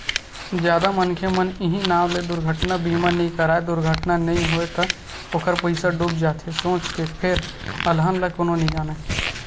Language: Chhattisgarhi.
जादा मनखे मन इहीं नांव ले दुरघटना बीमा नइ कराय दुरघटना नइ होय त ओखर पइसा डूब जाथे सोच के फेर अलहन ल कोनो नइ जानय